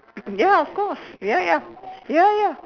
ya of course ya ya ya ya